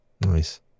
Nice